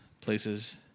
places